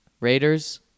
Raiders